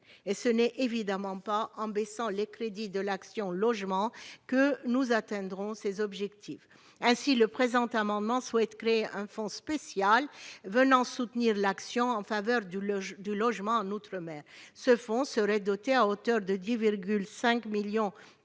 Ce n'est évidemment pas en baissant les crédits de l'action n° 01 que nous atteindrons ces objectifs ! Ainsi, cet amendement vise à créer un fonds spécial venant soutenir l'action en faveur du logement outre-mer. Ce fonds serait doté de 10,5 millions d'euros.